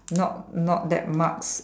not not that marks